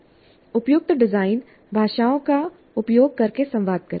उपयुक्त डिज़ाइन भाषाओं का उपयोग करके संवाद करें